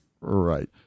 right